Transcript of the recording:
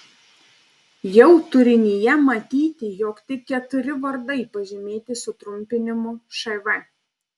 jau turinyje matyti jog tik keturi vardai pažymėti sutrumpinimu šv